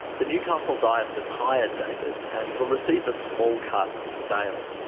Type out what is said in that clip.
the newcastle diocese hired david, and he'll receive a small cut of the sale.